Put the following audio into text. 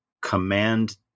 command